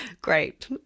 great